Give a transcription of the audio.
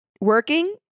working